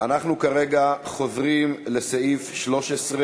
אנחנו כרגע חוזרים לסעיף 13: